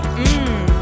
Mmm